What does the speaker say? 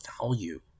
value